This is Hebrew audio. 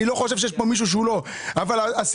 אני לא חושב שיש כאן מישהו שהוא לא בעד אבל הסיפור